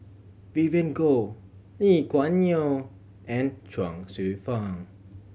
Vivien Goh Lee Kuan Yew and Chuang Hsueh Fang